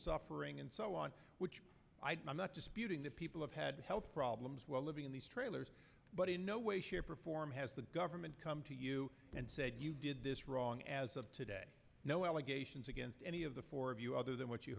suffering and so on which i'm not disputing that people have had health problems well living in these trailers but in no way shape or form has the government come to you and said you did this wrong as of today no allegations against any of the four of you other than what you